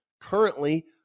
currently